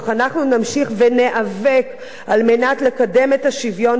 אך אנחנו נמשיך וניאבק על מנת לקדם את השוויון